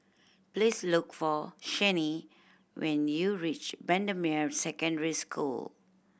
please look for Chaney when you reach Bendemeer Secondary School